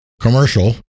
commercial